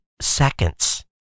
seconds